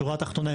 בשורה התחתונה,